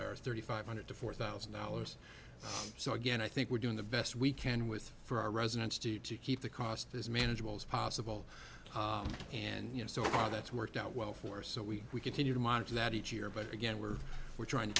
are thirty five hundred to four thousand dollars so again i think we're doing the best we can with for our residents to to keep the cost is manageable as possible and you know so far that's worked out well for so we we continue to monitor that each year but again we're we're trying to